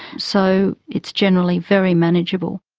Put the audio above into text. so it's generally very manageable.